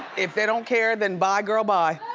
if they don't care, then bye, girl, bye.